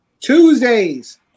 Tuesdays